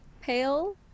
pale